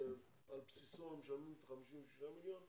שעל בסיסו משלמים את ה-56 מיליון,